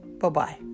Bye-bye